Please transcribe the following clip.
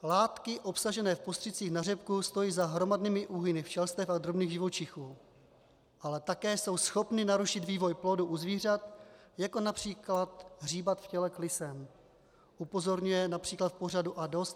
Látky obsažené v postřicích na řepku stojí za hromadnými úhyny včelstev a drobných živočichů, ale také jsou schopny narušit vývoj plodu u zvířat, jako například hříbat v těle klisen, upozorňuje například v pořadu A dost!